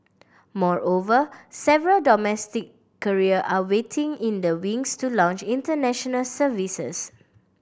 moreover several domestic carrier are waiting in the wings to launch international services